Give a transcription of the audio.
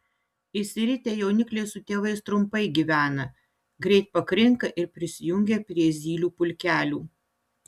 išsiritę jaunikliai su tėvais trumpai gyvena greit pakrinka ir prisijungia prie zylių pulkelių